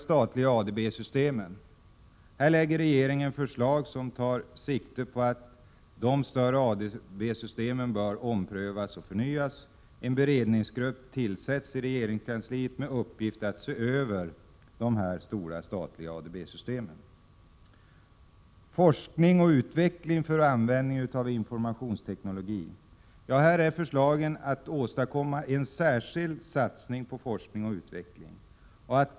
Regeringen lägger också fram förslag som tar sikte på att de större statliga ADB-systemen skall omprövas och förnyas. En beredningsgrupp tillsätts i regeringskansliet med uppgift att se över de stora statliga ADB-systemen. Forskning och utveckling för användning av informationsteknologi behandlas också. Förslaget innebär att man skall åstadkomma en särskild satsning på forskning och utveckling.